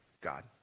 God